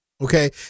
Okay